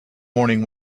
morning